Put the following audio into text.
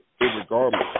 regardless